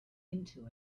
into